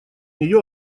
нее